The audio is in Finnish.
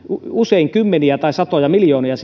usein kymmeniä tai satoja miljoonia